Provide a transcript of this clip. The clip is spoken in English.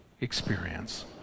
experience